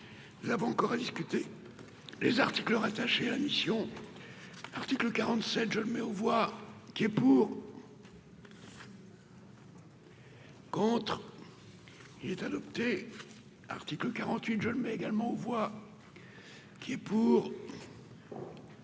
sont adoptés encore à discuter les articles rattachés à la mission article 47, je le mets aux voix qui est pour. Contre il est adopté, article 48 jeunes mais également voix qui est pour.